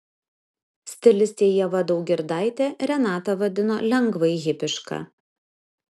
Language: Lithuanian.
stilistė ieva daugirdaitė renatą vadino lengvai hipiška